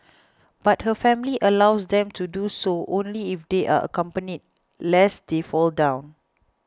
but her family allows them to do so only if they are accompanied lest they fall down